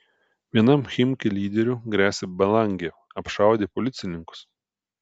vienam chimki lyderių gresia belangė apšaudė policininkus